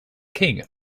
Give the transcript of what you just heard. king